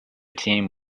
team